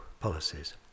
policies